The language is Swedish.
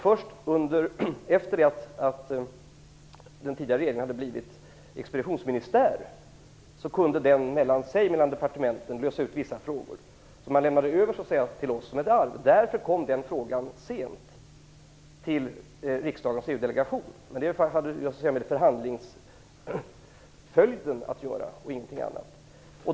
Först efter det att den tidigare regeringen blev expeditionsministär var det möjligt att lösa vissa frågor mellan departementen. De lämnades över till oss. Därför kom den frågan sent till riksdagens EU delegation. Men detta hade med förhandlingsföljden att göra - ingenting annat.